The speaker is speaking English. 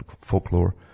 folklore